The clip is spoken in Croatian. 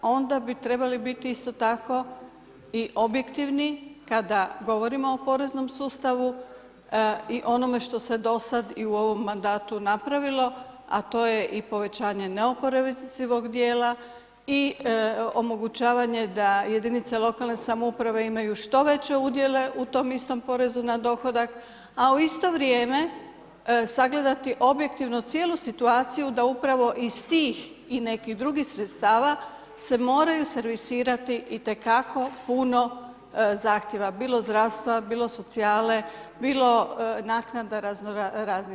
A onda bi trebali biti isto tako i objektivni kada govorimo o poreznom sustavu i onome što se do sada i u ovome mandatu napravilo a to je i povećanje neoporezivog dijela i omogućavanje da jedinice lokalne samouprave imaju što veće udjele u tom istom porezu na dohodak a u isto vrijeme sagledati objektivno cijelu situaciju da upravo iz tih i nekih drugih sredstava se moraju servisirati itekako puno zahtjeva bilo zdravstva, bilo socijale, bilo naknada razno raznih.